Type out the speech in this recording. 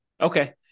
Okay